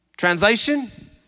Translation